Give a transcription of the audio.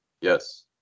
Yes